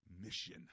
mission